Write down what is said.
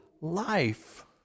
life